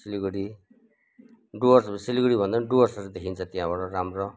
सिलगढी डुवर्सहरू सिलगढी भन्दा पनि डुवर्सहरू देखिन्छन् त्यहाँबाट राम्रो